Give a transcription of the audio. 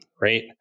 right